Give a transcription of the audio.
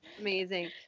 Amazing